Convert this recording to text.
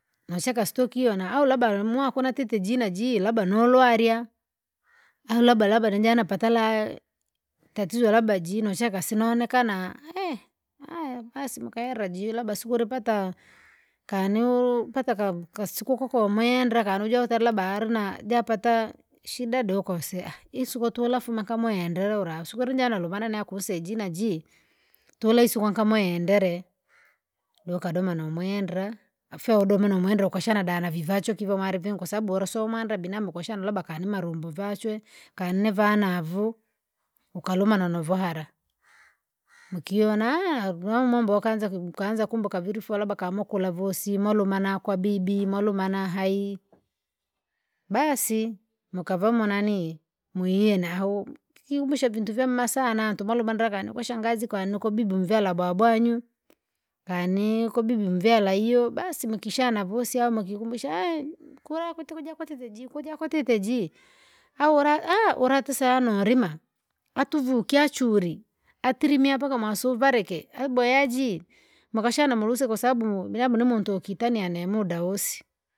Nucheka sitokiona au labda limwaku natite jina jii labda nolwaya, au labda labda nijana patala! Tatizo labda jino shaka sinonekana aya basi mukaela jira labda siku ulipata, kani ulu- pata kab- kasiku kokomwendra kanaujota labda alina japata? Shida dokosea isiku tulafuma kamwe ndereura siku ulujana lumana na kuseya jinajii. Tula isiko ankamwendere, dokadoam namwendra, afu yaudome nomwendera ukashana da navivacho kiva mwari vyankusabuala somande binamu ukushana labda kani malumbuu vachwe kani nivana avuu. Ukalumana nuvuala, mkiona gula mambo wakaanza kuvi kaanza kumbuka vifoo labda kamukula vosi malumana kwa bibi malumana hayi, basi mukava munanii, mwiyena ahuu kiyumbisha vintu vyamema sana antumalumandagana ukwashangazi kwani na kwa bibi umvyala bwabwanyu, kani kwa bibi mvyala hiyo basi mukishana vosi au mukikumbusaha kura kuti jakwatite ji kujakwatite jii, au laa ulatisa norima. Atuvukya churi, atirimya mpaka mwasuvareka, ayiboya jii, mukashana mulusika kwasababu mu- binamu nimuntu ukitania nimuda wosi.